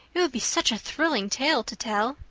it would be such a thrilling tale to tell.